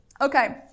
Okay